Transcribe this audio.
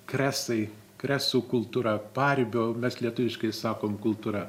kresai kresų kultūra paribio mes lietuviškai sakom kultūra